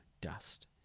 dust